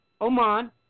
Oman